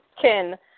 Ken